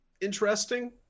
Interesting